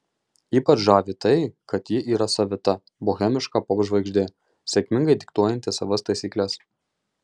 ypač žavi tai kad ji yra savita bohemiška popžvaigždė sėkmingai diktuojanti savas taisykles